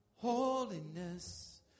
Holiness